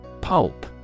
pulp